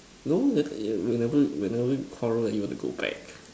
no that whenever whenever we quarrel you want to go back